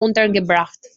untergebracht